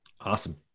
Awesome